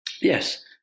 yes